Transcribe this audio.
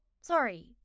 Sorry